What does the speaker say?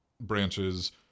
branches